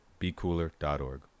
BeCooler.org